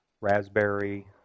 raspberry